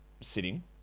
sitting